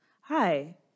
Hi